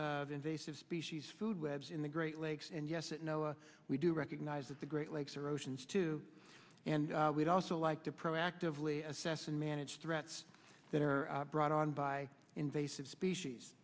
of invasive species food webs in the great lakes and yes it no we do recognise that the great lakes are oceans too and we'd also like to proactively assess and manage threats that are brought on by invasive species